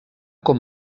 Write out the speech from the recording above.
com